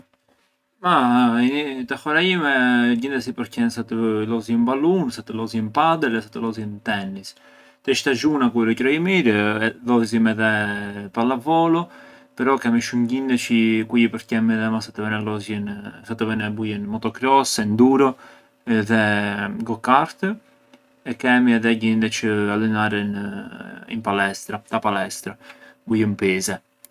Ma te hora jime gjindes i përqen sa të lozjën balun, sa të lozjën Padel e sa të lozjën tennis. Te shtazhuna, kur ë qroi i mirë, lozjëm edhe pallavolo, però kemi shumë gjinde kui i përqen midhema sa të lozjën sa të ven’e bujën motocross, enduro, edhe go-kart, e kemi edhe gjinde çë allenaren in palestra – te a palestra, bujën pize.